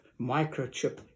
microchip